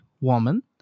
woman